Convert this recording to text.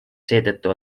seetõttu